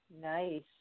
Nice